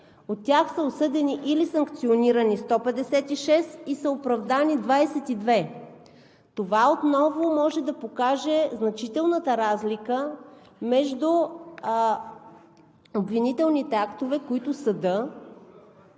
От тях са осъдени или санкционирани 156 и са оправдани 22. Това отново може да покаже значителната разлика между обвинителните актове, които съдът